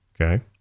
Okay